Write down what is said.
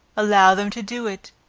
allow them to do it,